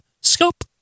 scope